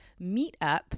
meetup